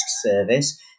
service